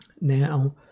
Now